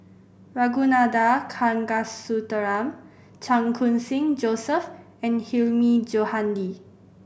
Ragunathar Kanagasuntheram Chan Khun Sing Joseph and Hilmi Johandi